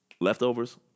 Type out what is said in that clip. Leftovers